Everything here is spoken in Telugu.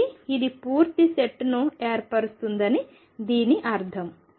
కాబట్టి ఇది పూర్తి సెట్ను ఏర్పరుస్తుందని దీని అర్థం